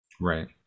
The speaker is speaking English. right